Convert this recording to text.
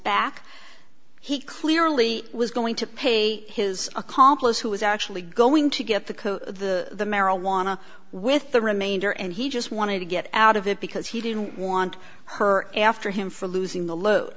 back he clearly was going to pay his accomplice who was actually going to get the the marijuana with the remainder and he just wanted to get out of it because he didn't want her after him for losing the load